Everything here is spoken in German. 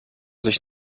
sich